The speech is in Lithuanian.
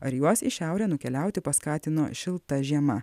ar juos į šiaurę nukeliauti paskatino šilta žiema